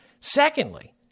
Secondly